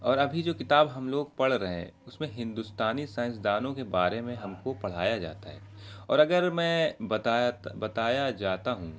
اور ابھی جو کتاب ہم لوگ پڑھ رہے ہیں اس میں ہندوستانی سائنسدانوں کے بارے میں ہم کو پڑھایا جاتا ہے اور اگر میں بتایا بتایا جاتا ہوں